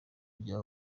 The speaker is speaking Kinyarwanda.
rya